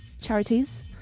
charities